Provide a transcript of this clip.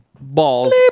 balls